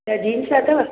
त जिन्स अथव